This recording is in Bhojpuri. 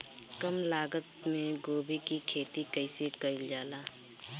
कम लागत मे गोभी की खेती कइसे कइल जाला?